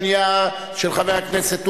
הצבתן של מכונות אוטומטיות לממכר סיגריות.